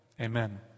amen